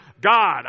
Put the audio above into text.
God